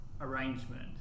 arrangement